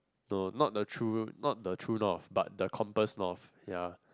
no not the true not the true north but the compass north ya